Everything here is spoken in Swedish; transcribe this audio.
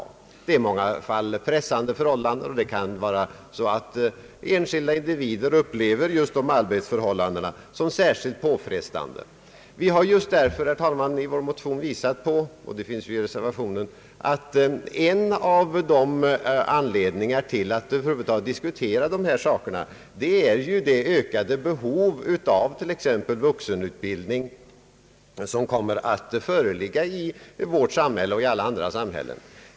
Förhållandena är många gånger pressande, och det kan vara så att enskilda individer upplever just sina egna arbetsförhållanden som särskilt påfrestande. Vi har därför, herr talman, i vår motion visat på att en av anledningarna till att över huvud taget diskutera dessa frågor är det ökade behov av t.ex. vuxenutbildning som kommer att föreligga i vårt samhälle.